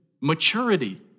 maturity